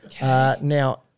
Now